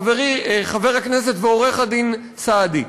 חברי חבר הכנסת ועורך-הדין סעדי,